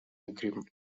agreement